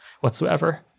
whatsoever